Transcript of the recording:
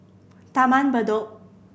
Taman Bedok